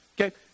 Okay